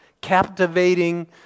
captivating